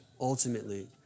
ultimately